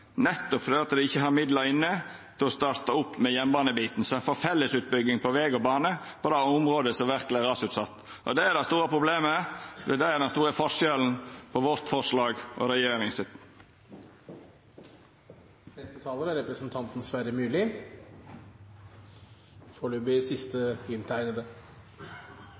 nettopp fordi det ikkje er midlar inne til å starta opp med jernbanebiten, slik at ein får ei felles utbygging av veg og bane i det området, som verkeleg er rasutsett. Det er det store problemet, og det er den store forskjellen på forslaget vårt og forslaget frå regjeringa.